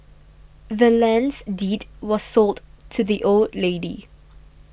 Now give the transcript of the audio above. the land's deed was sold to the old lady